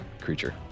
creature